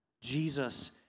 Jesus